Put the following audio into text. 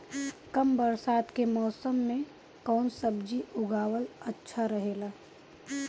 कम बरसात के मौसम में कउन सब्जी उगावल अच्छा रहेला?